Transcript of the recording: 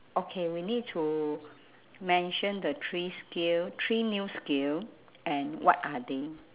okay we need to mention the three skill three new skill and what are they